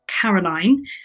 Caroline